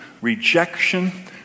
rejection